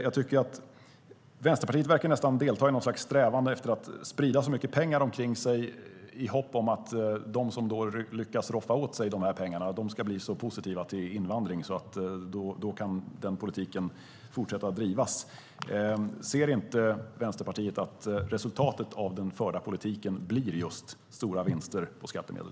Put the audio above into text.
Jag tycker att Vänsterpartiet nästan verkar delta i något slags strävan efter att sprida så mycket pengar omkring sig som möjligt i hopp om att de som lyckas roffa åt sig dessa pengar ska bli så positiva till invandring att den politiken kan fortsätta drivas. Ser inte Vänsterpartiet att resultatet av den förda politiken blir just stora vinster på skattemedel?